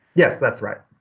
yes, that's right.